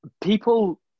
people